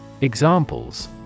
Examples